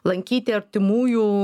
lankyti artimųjų